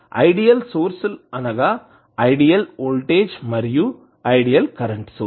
ideal source లు అనగా ideal voltage మరియు ఐడీఎల్ కరెంటు సోర్స్